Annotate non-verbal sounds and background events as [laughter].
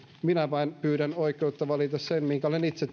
minä vain pyydän oikeutta valita sen minkä olen itse [unintelligible]